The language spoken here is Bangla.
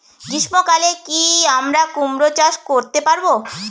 গ্রীষ্ম কালে কি আমরা কুমরো চাষ করতে পারবো?